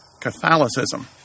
Catholicism